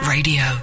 Radio